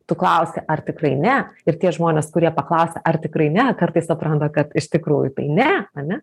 tu klausi ar tikrai ne ir tie žmonės kurie paklausia ar tikrai ne kartais supranta kad iš tikrųjų tai ne ane